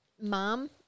Mom